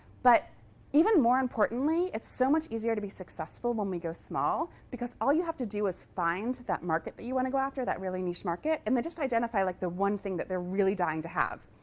but even more importantly, it's so much easier to be successful when we go small, because all you have to do is find that market that you want to go after that really niche market. and then just identify like the one thing that they're really dying to have,